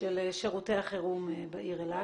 של שירותי החירום בעיר אילת.